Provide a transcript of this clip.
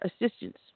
assistance